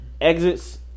exits